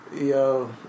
Yo